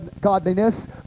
godliness